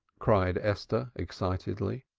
cried esther excitedly.